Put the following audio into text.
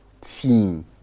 team